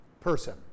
person